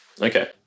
Okay